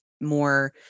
more